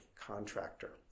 contractor